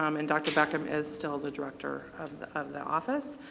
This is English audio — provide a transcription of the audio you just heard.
um and dr. beckham is still the director of of the office.